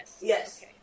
Yes